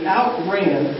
outran